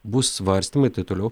bus svarstymai tai toliau